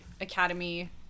Academy